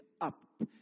up